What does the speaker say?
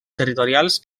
territorials